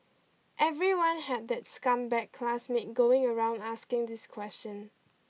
everyone had that scumbag classmate going around asking this question